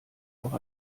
auch